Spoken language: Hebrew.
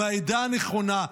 מהעדה הנכונה,